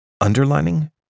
Underlining